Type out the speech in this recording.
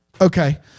Okay